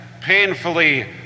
painfully